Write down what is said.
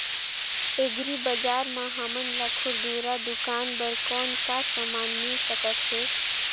Agri बजार म हमन ला खुरदुरा दुकान बर कौन का समान मिल सकत हे?